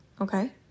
okay